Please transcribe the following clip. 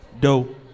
Dope